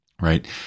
right